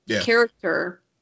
character